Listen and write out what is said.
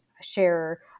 share